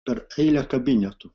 per eilę kabinetų